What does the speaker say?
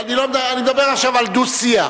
אני מדבר עכשיו על דו-שיח,